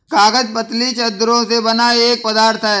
कागज पतली चद्दरों से बना एक पदार्थ है